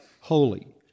holy